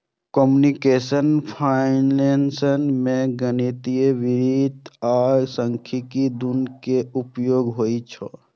computational finance मे गणितीय वित्त आ सांख्यिकी, दुनू के उपयोग होइ छै